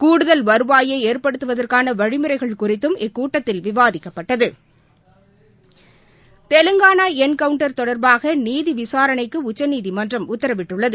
கூடுதல் வருவாயைஏற்படுத்துவதற்னனவழிமுறைகள் குறித்தும் இக்கூட்டத்தில் விவாதிக்கப்பட்டது தெலங்கானாஎன்கவுண்டர் தொடர்பாகநீதிவிசாரணைக்குஉச்சநீதிமன்றம் உத்தரவிட்டுள்ளது